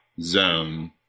zone